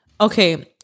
Okay